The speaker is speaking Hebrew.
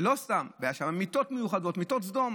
ולא סתם, היו שם מיטות מיוחדות, מיטות סדום.